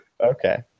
Okay